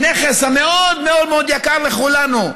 הנכס המאוד-מאוד יקר לכולנו,